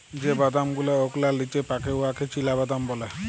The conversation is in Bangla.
যে বাদাম গুলা ওকলার লিচে পাকে উয়াকে চিলাবাদাম ব্যলে